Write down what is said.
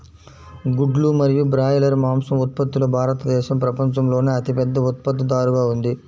గుడ్లు మరియు బ్రాయిలర్ మాంసం ఉత్పత్తిలో భారతదేశం ప్రపంచంలోనే అతిపెద్ద ఉత్పత్తిదారుగా ఉంది